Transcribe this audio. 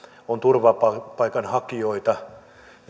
on turvapaikanhakijoita